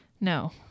no